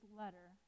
letter